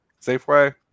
Safeway